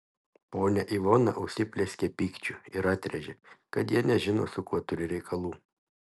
ponia ivona užsiplieskė pykčiu ir atrėžė kad jie nežino su kuo turi reikalų